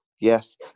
Yes